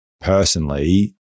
personally